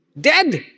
dead